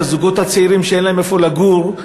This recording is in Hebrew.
לזוגות הצעירים שאין להם היכן לגור,